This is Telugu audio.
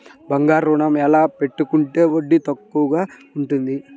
బంగారు ఋణం ఎలా పెట్టుకుంటే వడ్డీ తక్కువ ఉంటుంది?